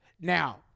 Now